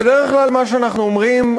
בדרך כלל מה שאנחנו אומרים,